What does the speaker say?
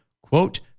quote